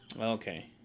Okay